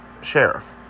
sheriff